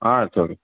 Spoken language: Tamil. ah it's okay